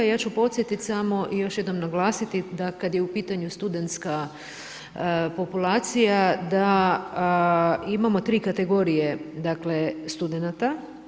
Ja ću podsjetiti samo i još jednom naglasiti da kada je u pitanju studentska populacija da imamo 3 kategorije studenata.